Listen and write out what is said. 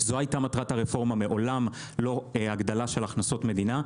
זאת היתה מטרת הרפורמה ומעולם לא הגדלה של הכנסות המדינה.